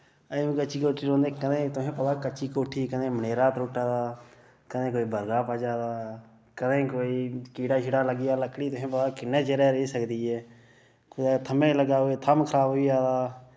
अजें बी कच्ची कोठी रौंह्दे कदें तुसें पता कच्ची कोठी कदें मनेरा त्रुट्टे दा कदें कोई बर्गा भज्जे दा कदें कोई कीड़ा शीड़ा लग्गी गेआ लकड़ी तुसें पता किन्ने चिर गै रेही सकदी ए कुतै थम्मे लग्गा दा कोई थ'म्म खराब होई जा दा